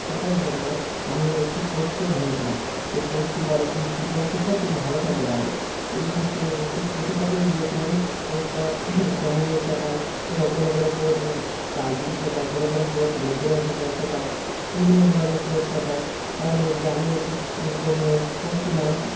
শেখার জন্য আমি একটি কোচকে ধরেছিলাম সে কোচটি বলে তুমি ফুটবল শেখো তুমি ভালো খেলতে পারবে এই জন্য সে সেই কোচের কাছেই গিয়েছিলাম কোচটা ক্যানিংয়ে শেখায় কেও কোনও কোনও কোচ তালদিতে শেখায় কোনও কোনও কোচ বেদবেরায় থেকে শেখায় বিভিন্ন ধরনের কোচ শেখায় তার মধ্যে আমি একটি কোচ কোচটির নাম ছি